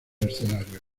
escenarios